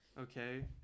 okay